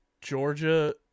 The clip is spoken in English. Georgia